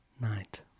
night